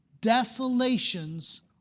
Desolations